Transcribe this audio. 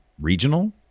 regional